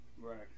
Right